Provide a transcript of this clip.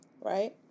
Right